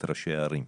את ראשי הערים.